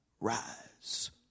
rise